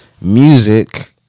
Music